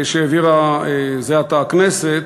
שהעבירה זה עתה הכנסת,